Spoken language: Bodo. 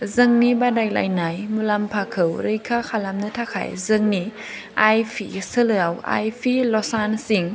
जोंनि बादायलायनाय मुलाम्फाखौ रैखा खालामनो थाखाय जोंनि आइपि सोलाव आइपि लसान सिं